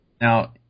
Now